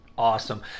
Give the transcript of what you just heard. awesome